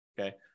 okay